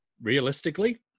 realistically